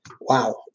Wow